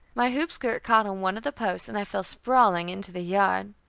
my hoop-skirt caught on one of the posts, and i fell sprawling into the yard.